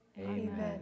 Amen